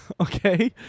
Okay